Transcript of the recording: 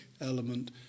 element